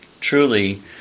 truly